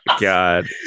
god